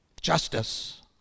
justice